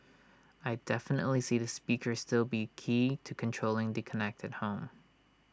I definitely see the speaker still be key to controlling the connected home